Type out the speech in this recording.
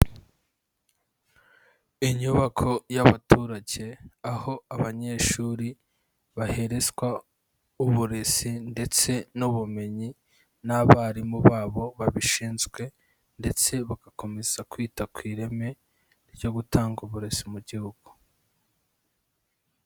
Inyubako y'abaturage aho abanyeshuri baherezwa uburezi ndetse n'ubumenyi n'abarimu babo babishinzwe ndetse bagakomeza kwita ku ireme ryo gutanga uburezi mu gihugu.